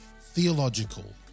theological